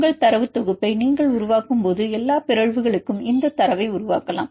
உங்கள் தரவுத் தொகுப்பை நீங்கள் உருவாக்கும்போது எல்லா பிறழ்வுகளுக்கும் இந்தத் தரவை உருவாக்கலாம்